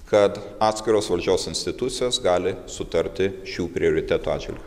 kad atskiros valdžios institucijos gali sutarti šių prioritetų atžvilgiu